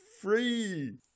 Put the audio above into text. free